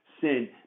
sin